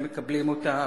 משהם מקבלים אותם,